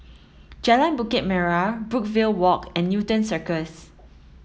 Jalan Bukit Merah Brookvale Walk and Newton Circus